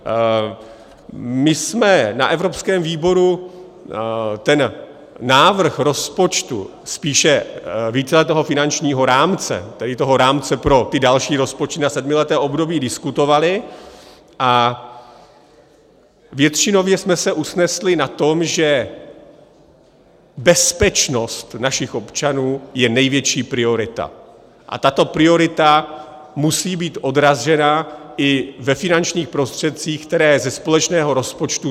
My jsme na evropském výboru ten návrh rozpočtu, spíše víceletého finančního rámce, tedy toho rámce pro další rozpočty na sedmileté období, diskutovali a většinově jsme se usnesli na tom, že bezpečnost našich občanů je největší priorita a tato priorita musí být odražena i ve finančních prostředcích, které jsou na ni věnovány ze společného rozpočtu.